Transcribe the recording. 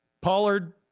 Pollard